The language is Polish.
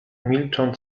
milczą